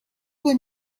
were